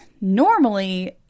Normally